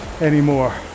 anymore